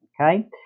okay